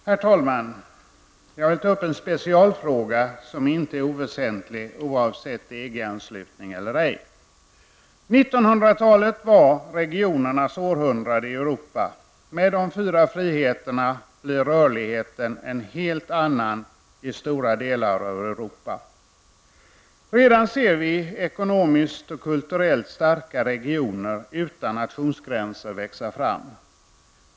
Herr talman! Jag vill ta upp en specialfråga som inte är oväsentlig oavsett EG-anslutning eller ej. 1900-talet var regionernas århundrade i Europa. Med de fyra friheterna blir rörligheten en helt annan i stora delar av Europa. Redan ser vi ekonomiskt och kulturellt starka regioner utan nationsgränser växa fram.